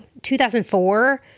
2004